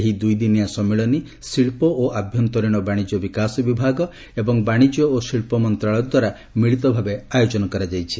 ଏହି ଦୁଇଦିନିଆ ସମ୍ମିଳନୀ ଶିଳ୍ପ ଓ ଆଭ୍ୟନ୍ତରୀଣ ବାଣିଜ୍ୟ ବିକାଶ ବିଭାଗ ଏବଂ ବାଣିଜ୍ୟ ଓ ଶିଳ୍ପ ମନ୍ତ୍ରଣାଳୟଦ୍ୱାରା ମିଳିତ ଭାବେ ଆୟୋଜନ କରାଯାଇଛି